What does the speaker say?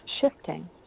shifting